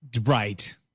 Right